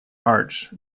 arch